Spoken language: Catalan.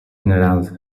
generals